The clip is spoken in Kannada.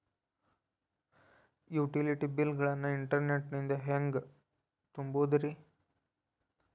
ಯುಟಿಲಿಟಿ ಬಿಲ್ ಗಳನ್ನ ಇಂಟರ್ನೆಟ್ ನಿಂದ ಹೆಂಗ್ ತುಂಬೋದುರಿ?